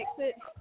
exit